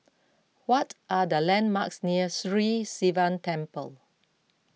what are the landmarks near Sri Sivan Temple